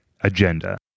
agenda